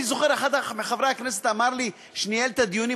ואני זוכר שאחד מחברי הכנסת שניהל את הדיונים,